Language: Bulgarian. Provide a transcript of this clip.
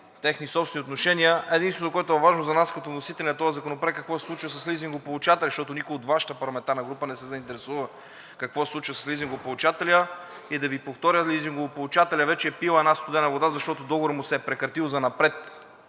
техни собствени отношения. Единственото, което е важно за нас като вносители на този законопроект, е, какво се случва с лизингополучателя, защото никой от Вашата парламентарна група не се заинтересува какво се случва с лизингополучателя. И да Ви повторя, лизингополучателят вече е пил една студена вода, защото договорът му се е прекратил занапред,